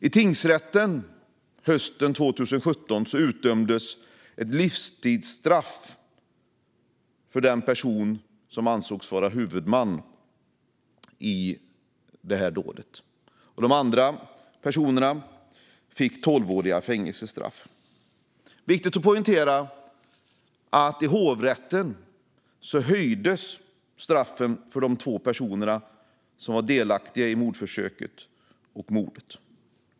I tingsrätten utdömdes hösten 2017 ett livstidsstraff för den person som ansågs vara huvudman i detta dåd. De andra personerna fick tolvåriga fängelsestraff. Det är viktigt att poängtera att straffen för de två personer som var delaktiga i mordförsöket och mordet skärptes i hovrätten.